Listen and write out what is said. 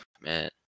man